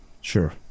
Sure